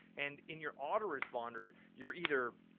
and in your autoresponder, you're either.